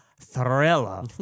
thriller